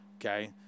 okay